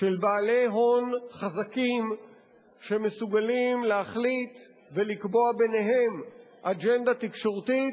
של בעלי הון חזקים שמסוגלים להחליט ולקבוע ביניהם אג'נדה תקשורתית,